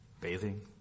Bathing